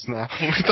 now